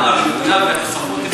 בגלל הטכנולוגיה וכל הדברים החדשים.